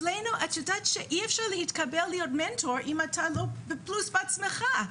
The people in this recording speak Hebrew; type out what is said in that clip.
אצלנו אי-אפשר להתקבל להיות מנטור אם אתה לא בפלוס בעצמך,